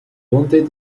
wanted